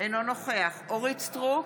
אינו נוכח אורית מלכה סטרוק,